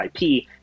IP